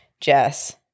Jess